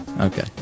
Okay